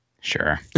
sure